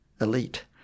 elite